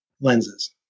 lenses